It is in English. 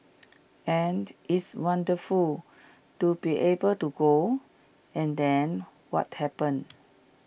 and it's wonderful to be able to go and then what happened